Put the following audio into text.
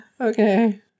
okay